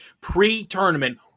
pre-tournament